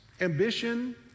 ambition